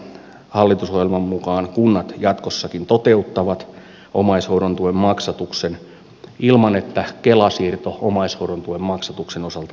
hallitusohjelman mukaan kunnat jatkossakin toteuttavat omaishoidon tuen maksatuksen ilman että kela siirto omaishoidon tuen maksatuksen osalta tehdään